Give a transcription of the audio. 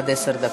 עד עשר דקות.